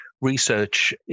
research